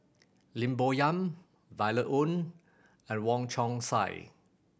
Lim Bo Yam Violet Oon and Wong Chong Sai